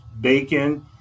bacon